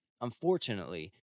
unfortunately